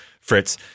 Fritz